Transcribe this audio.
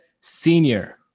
senior